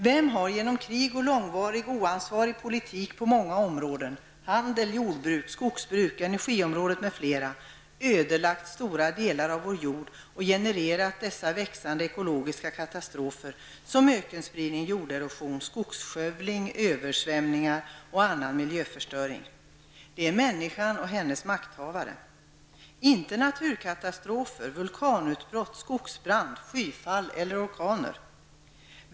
Vem har genom krig och långvarig oansvarig politik på många områden, handel, jordbruk, skogsbruk, energiområdet osv., ödelagt stora delar av vår jord samt genererat dessa växande ekonomiska katastrofer såsom ökenspridning, jorderosion, skogsskövling, översvämningar och annan miljöförstöring? Jo, det är människan och hennes makthavare. Det är inte naturkatastrofer, vulkanutbrott, skogsbränder, skyfall eller orkaner.